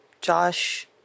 Josh